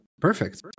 Perfect